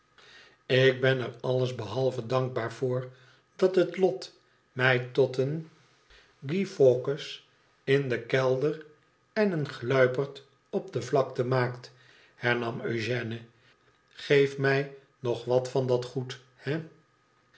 ik ben er alles behalve dankbaar voor dat het lot mij tot een guy fawkes in den kelder en een glaipert op de vlakte maakt hernam eogène i geef mij nog wat van dat goed he